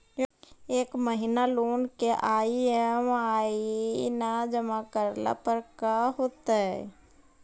एक महिना लोन के ई.एम.आई न जमा करला पर का होतइ?